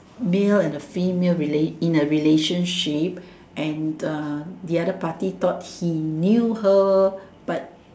male and a female relat~ in a relationship and uh the other party thought he knew her but